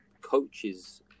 coaches